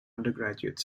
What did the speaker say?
undergraduate